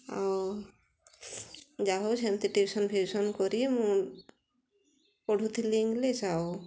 ଆଉ ଯାହାହେଉ ସେମିତି ଟ୍ୟୁସନ୍ ଫ୍ୟୁସନ୍ କରି ମୁଁ ପଢ଼ୁଥିଲି ଇଂଲିଶ୍ ଆଉ